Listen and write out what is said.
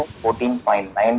14.9